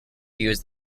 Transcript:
use